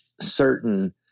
certain